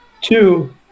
two